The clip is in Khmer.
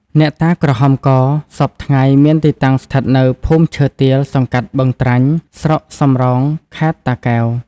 អ្នកតាក្រហមកសព្វថ្ងៃមានទីតាំងស្ថិតនៅ ភូមិឈើទាល សង្កាត់បឹងត្រាញ់ ស្រុកសំរោង ខែត្រ តាកែវ ។